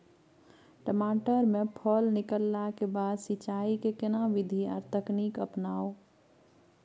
टमाटर में फल निकलला के बाद सिंचाई के केना विधी आर तकनीक अपनाऊ?